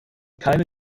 keine